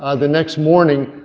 ah the next morning,